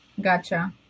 Gotcha